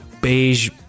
beige